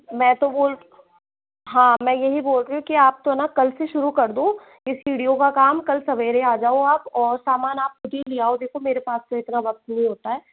मैं तो हाँ मैं यही बोल रही हूँ कि आप तो ना कल से शुरू कर दो ये सीढ़ियों का काम कल सवेरे आ जाओ आप और सामान आप खुद ही ले आओ देखो मेरे पास भी इतना वक्त नहीं होता है